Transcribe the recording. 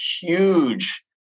huge